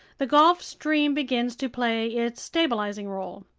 the gulf stream begins to play its stabilizing role.